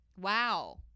wow